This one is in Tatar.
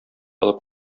алып